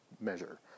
measure